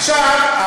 עכשיו,